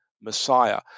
Messiah